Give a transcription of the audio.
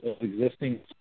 existing